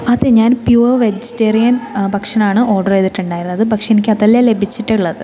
അതെ ഞാൻ pure vegetarian ഭക്ഷണമാണ് ഓർഡർ ചെയ്തിട്ടുണ്ടായിരുന്നത് പക്ഷെ എനിക്ക് അതല്ല ലഭിച്ചിട്ടുള്ളത്